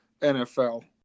nfl